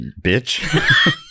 bitch